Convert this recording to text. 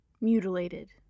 mutilated